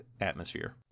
atmosphere